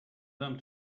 them